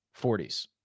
40s